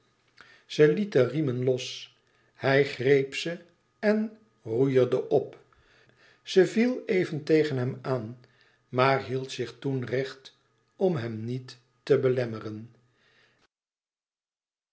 de riemen los hij greep ze en roeierde op ze viel even tegen hem aan maar hield zich toen recht om hem niet te belemmeren